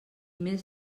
més